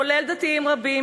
כולל דתיים רבים,